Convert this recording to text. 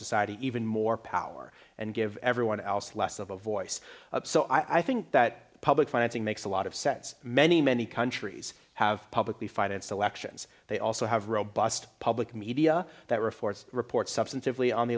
society even more power and give everyone else less of a voice so i think that public financing makes a lot of sense many many countries have publicly financed elections they also have robust public media that are a force report substantively on the